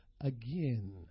again